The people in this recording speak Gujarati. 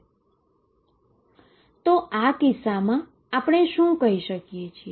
તેથી આ કિસ્સામાં આપણે શું કહી શકીએ છીએ